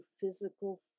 physical